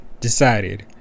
decided